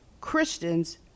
Christians